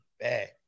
bad